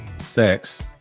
Sex